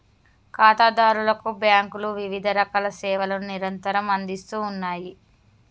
ఖాతాదారులకు బ్యాంకులు వివిధరకాల సేవలను నిరంతరం అందిస్తూ ఉన్నాయి